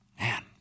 man